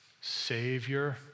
savior